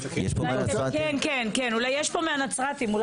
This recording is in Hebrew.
אולי יש פה מהנצרתים.